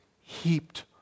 heaped